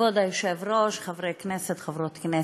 כבוד היושב-ראש, חברי כנסת, חברות כנסת,